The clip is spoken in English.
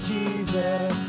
Jesus